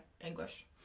English